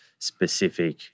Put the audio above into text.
specific